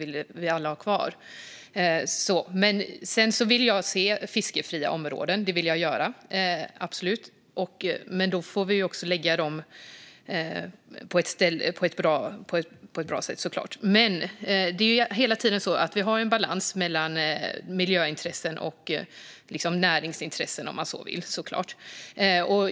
Sedan vill jag absolut se fiskefria områden, men då får vi göra det på ett bra sätt. Det är hela tiden så att vi har en balans mellan miljöintressen och näringsintressen.